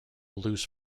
loose